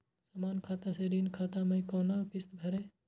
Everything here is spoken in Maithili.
समान खाता से ऋण खाता मैं कोना किस्त भैर?